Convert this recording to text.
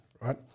right